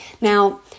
Now